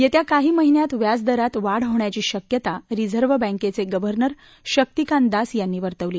येत्या काही महिन्यात व्याज दरात वाढ होण्याची शक्यता रिझर्व्ह बँकेचे गव्हर्नर शक्तीकांत दास यांनी वर्तवली